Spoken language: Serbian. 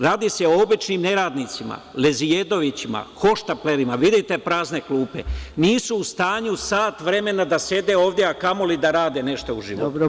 Radi se o običnim neradnicima, lezijedovićima, hohštaplerima, vidite prazne klupe, nisu u stanju sat vremena da sede ovde, a kamoli da rade nešto u životu.